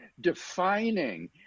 defining